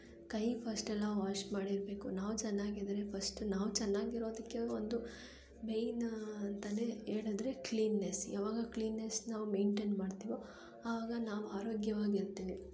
ಕೈ ಫಸ್ಟ್ ಎಲ್ಲ ವಾಶ್ ಮಾಡಿರ್ಬೇಕು ನಾವು ಚೆನ್ನಾಗಿದ್ದರೆ ಫಸ್ಟ್ ನಾವು ಚೆನ್ನಾಗಿರೋದಕ್ಕೆ ಒಂದು ಮೇಯ್ನ್ ಅಂತನೇ ಹೇಳದ್ರೆ ಕ್ಲೀನ್ನೆಸ್ ಯಾವಾಗ ಕ್ಲೀನ್ನೆಸ್ ನಾವು ಮೇಯ್ನ್ಟೈನ್ ಮಾಡ್ತೀವೋ ಆಗ ನಾವು ಆರೋಗ್ಯವಾಗಿರ್ತೀವಿ